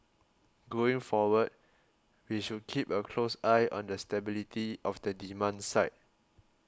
going forward we should keep a close eye on the stability of the demand side